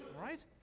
right